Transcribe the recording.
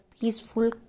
peaceful